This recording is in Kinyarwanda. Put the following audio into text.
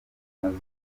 mazu